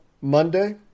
Monday